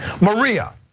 Maria